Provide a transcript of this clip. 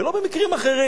ולא במקרים אחרים.